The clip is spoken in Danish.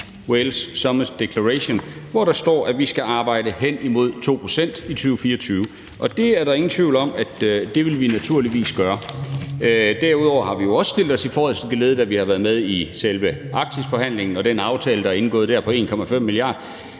Wales Summit Declaration, hvor der står, at vi skal arbejde hen imod 2 pct. i 2024, og det er der ingen tvivl om vi naturligvis vil gøre. Derudover har vi jo også stillet os i forreste geled, da vi har været med i selve Arktisforhandlingen og den aftale, der er indgået dér, på 1,5 mia.